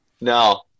No